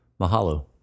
Mahalo